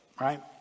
right